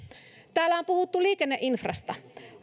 täällä on puhuttu liikenneinfrasta